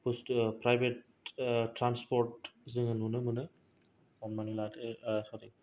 बुस्थु फ्रायबेट ट्रानसफरट जोङो नुनो मोनो हमनानै लादो सरि